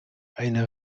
eine